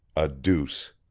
a deuce.